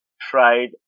tried